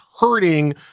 hurting